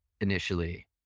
initially